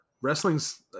Wrestling's